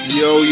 yo